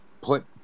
put